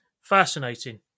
Fascinating